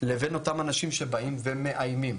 לבין אותם אנשים שבאים ומאיימים.